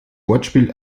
wortspiel